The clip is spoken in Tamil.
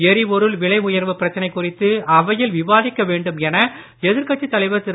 எரிபொருள் விலை உயர்வு பிரச்சனை குறித்து அவையில் விவாதிக்க வேண்டும் என எதிர்க்கட்சித் தலைவர் திரு